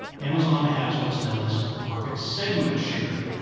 amazon has what's known as market segment share.